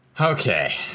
Okay